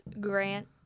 Grant